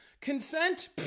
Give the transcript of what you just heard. Consent